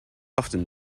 often